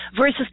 versus